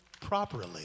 properly